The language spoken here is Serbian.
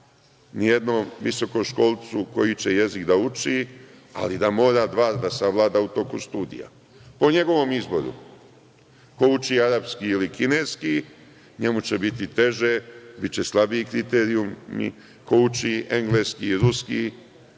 ni jednom visokoškolcu koji će jezik da uči, ali da mora dva da savlada u toku studija, po njegovom izboru. Ko uči arapski ili kineski njemu će biti teže, biće slabiji kriterijum, a ko uči engleski ili ruski,